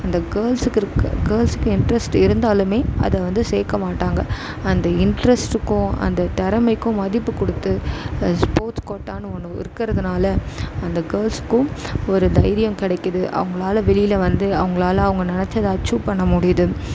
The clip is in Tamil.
அந்த கேர்ள்ஸ்ஸுக்கு இருக்க கேர்ள்ஸ்ஸுக்கு இன்ட்ரஸ்ட் இருந்தாலும் அதை வந்து சேர்க்க மாட்டாங்க அந்த இன்ட்ரஸ்ட்டுக்கும் அந்த திறமைக்கும் மதிப்பு கொடுத்து அந்த ஸ்போர்ட்ஸ் கோட்டான்னு ஒன்று இருக்கிறதுனால அந்த கேர்ள்ஸ்க்கும் ஒரு தைரியம் கிடைக்கிது அவங்களால வெளியில் வந்து அவங்களால அவங்க நினச்சத அச்சீவ் பண்ண முடியுது